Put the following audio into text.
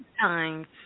times